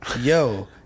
Yo